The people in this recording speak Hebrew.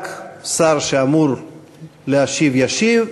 רק השר שאמור להשיב ישיב.